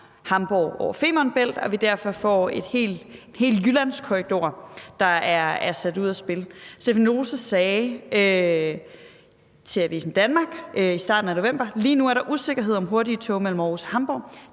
kører over Femern Bælt, og at vi derfor får en hel Jyllandskorridor, der er sat ud af spil. Stephanie Lose sagde til Avisen Danmark i starten af november: »Lige nu er der usikkerhed om en tilsvarende hurtig togforbindelse mellem Aarhus og Hamborg.